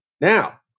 Now